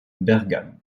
bergam